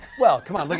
well, c'mon,